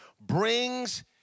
brings